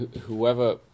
Whoever